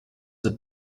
the